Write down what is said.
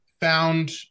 found